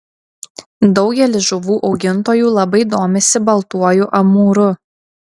daugelis žuvų augintojų labai domisi baltuoju amūru